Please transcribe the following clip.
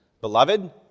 Beloved